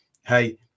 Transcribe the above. hey